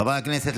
חברי הכנסת,